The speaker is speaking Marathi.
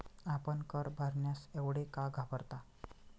आपण कर भरण्यास एवढे का घाबरता?